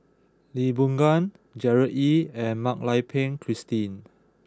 Lee Boon Ngan Gerard Ee and Mak Lai Peng Christine